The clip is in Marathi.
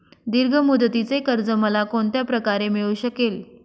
दीर्घ मुदतीचे कर्ज मला कोणत्या प्रकारे मिळू शकेल?